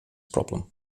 problem